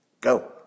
Go